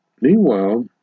Meanwhile